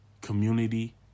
community